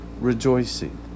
rejoicing